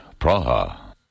Praha